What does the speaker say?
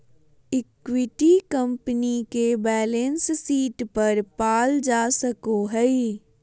equity company के balance sheet पर पाल जा सको हइ